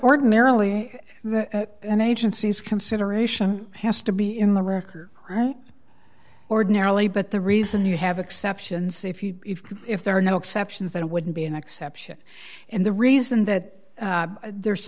ordinarily that an agency's consideration has to be in the record ordinarily but the reason you have exceptions if you could if there are no exceptions that it wouldn't be an exception and the reason that there's